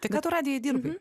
tai ką tu radijuj dirbai